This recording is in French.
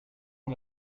ont